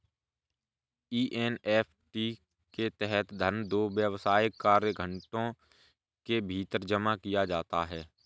NEFT के तहत धन दो व्यावसायिक कार्य घंटों के भीतर जमा किया जाता है